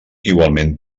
igualment